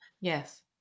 Yes